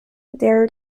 their